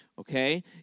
Okay